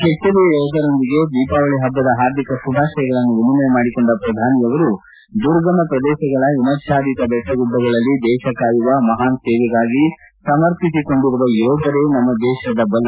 ಕೆಚ್ಚೆದೆಯ ಯೋಧರೊಂದಿಗೆ ದೀಪಾವಳಿ ಪಬ್ಪದ ಪಾರ್ದಿಕ ಶುಭಾಶಯಗಳನ್ನು ವಿನಿಮಯ ಮಾಡಿಕೊಂಡ ಪ್ರಧಾನಿ ಅವರು ದುರ್ಗಮ ಪ್ರದೇಶಗಳ ಹಿಮಚ್ವಾದಿತ ಬೆಟ್ಟಗುಡ್ಡಗಳಲ್ಲಿ ದೇಶ ಕಾಯುವ ಮಹಾನ್ ಸೇವೆಗಾಗಿ ಸಮರ್ಪಿಸಿಕೊಂಡಿರುವ ಯೋಧರೆ ನಮ್ಮ ದೇಶದ ಬಲ